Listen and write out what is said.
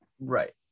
Right